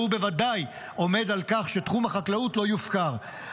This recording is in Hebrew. והוא בוודאי עומד על כך שתחום החקלאות לא יופקר.